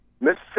Mississippi